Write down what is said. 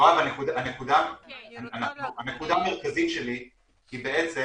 יואב, הנקודה המרכזית שלי היא בעצם